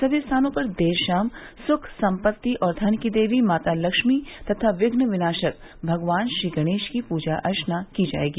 सभी स्थानों पर देर शाम सुख सम्पत्ति और धन की देवी माता लक्ष्मी तथा विघ्नविनाशक भगवान श्रीगणेश की पूजा अर्चना की जायेगी